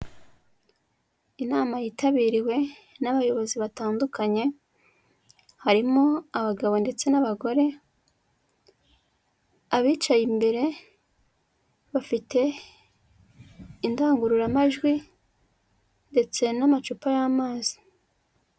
Inama yitabiriwe n'abayobozi batandukanye, harimo abagabo n'abagore, abicaye imbere bafite indangururamajwi ndetse n'amacupa y'amazi.